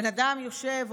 בן אדם יושב,